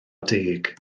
deg